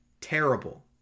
terrible